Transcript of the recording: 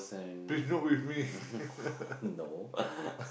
please not with me